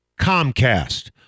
Comcast